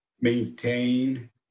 maintain